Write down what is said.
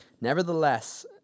Nevertheless